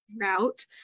route